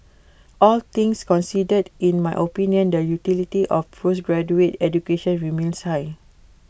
all things considered in my opinion the utility of postgraduate education remains high